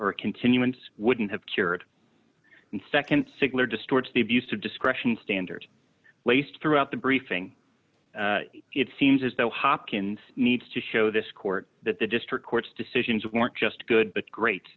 or continuance wouldn't have cured and nd sigler distorts the abuse of discretion standard laced throughout the briefing it seems as though hopkins needs to show this court that the district court's decisions weren't just good but great